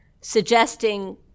suggesting